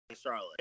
Charlotte